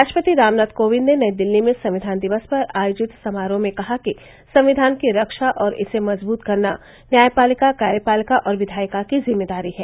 राष्ट्रपति रामनाथ कोविंद ने नई दिल्ली में संविधान दिवस पर आयोजित समारोह में कहा कि संविधान की रक्षा और इसे मजबूत करना न्यायपालिका कार्यपालिका और विधायिका की जिम्मेदारी है